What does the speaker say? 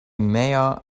mayor